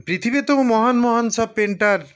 পৃথিবীতেও মহান মহান সব পেইন্টার